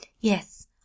Yes